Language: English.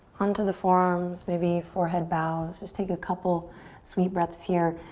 on to the forearms, maybe forehead bows. just take a couple sweet breaths here.